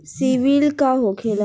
सीबील का होखेला?